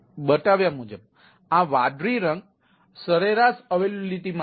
બતાવ્યા મુજબ આ વાદળી રંગ સરેરાશ ઉપલબ્ધતા માટે છે